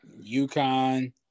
UConn